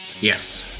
Yes